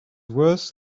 worse